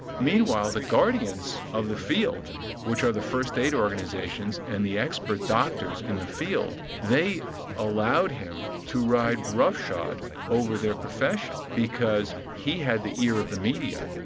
meanwhile the guardians of the field which are the first aid organisations and the expert doctors in the field, they allowed him to ride rough shot over their profession because he had the ear of the media.